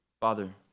Father